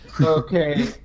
Okay